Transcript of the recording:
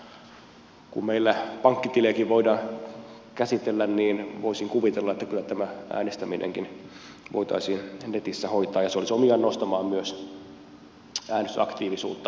kun meillä pankkitilejäkin voidaan käsitellä niin voisin kuvitella että kyllä tämä äänestäminenkin voitaisiin netissä hoitaa ja se olisi omiaan nostamaan myös äänestysaktiivisuutta